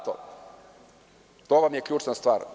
To vam je ključna stvar.